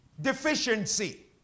deficiency